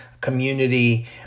community